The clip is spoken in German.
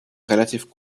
relativ